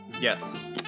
Yes